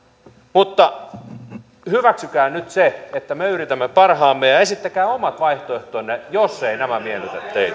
mutta hyväksykää nyt se että me yritämme parhaamme ja ja esittäkää omat vaihtoehtonne jos nämä